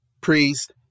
priest